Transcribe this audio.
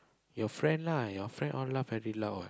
your friend lah your friend all laugh very loud